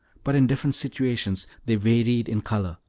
but in different situations they varied in color,